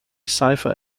cipher